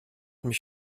mich